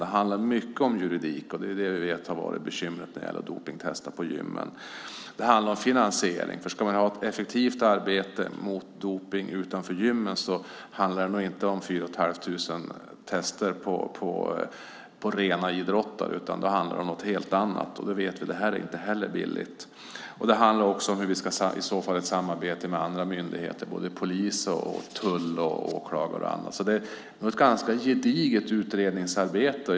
Det handlar mycket om juridik, och det vet vi har varit bekymret när det gäller dopningstester på gymmen. För det andra handlar det om finansiering, för om man ska ha ett effektivt arbete mot dopning utanför gymmen handlar det nog inte om 4 500 tester på rena idrottare, utan det handlar om något helt annat, och vi vet att det inte är billigt. Det handlar också om samarbete med andra myndigheter som polis, tull, åklagare och andra. Det är alltså ett ganska gediget utredningsarbete.